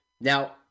now